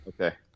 Okay